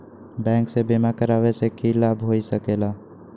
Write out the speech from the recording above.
Bank से बिमा करावे से की लाभ होई सकेला?